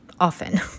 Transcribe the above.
often